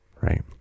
right